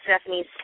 Stephanie's